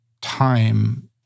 time